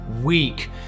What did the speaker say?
weak